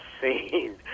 scene